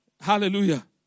Hallelujah